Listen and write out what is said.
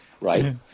Right